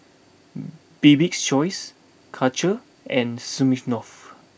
Bibik's choice Karcher and Smirnoff